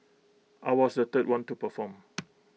I was the third one to perform